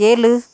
ஏழு